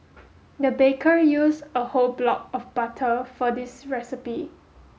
the baker used a whole block of butter for this recipe